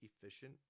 efficient